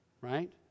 right